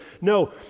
No